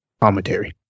commentary